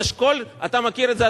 אתה מכיר את זה,